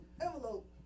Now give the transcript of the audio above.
envelope